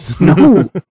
no